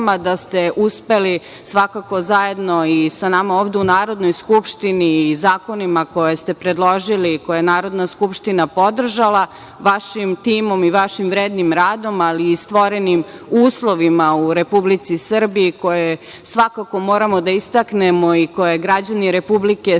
da ste uspeli svakako zajedno sa nama ovde u Narodnoj skupštini i zakonima koje ste predložili, koje je Narodna skupština podržala, vašim timom i vašim vrednim radom, ali i stvorenim uslovima u Republici Srbiji koje svakako moramo da istaknemo i koje građani Republike Srbije